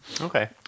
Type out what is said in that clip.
Okay